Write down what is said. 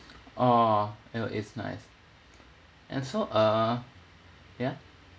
oh you know it's nice and so uh ya